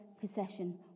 possession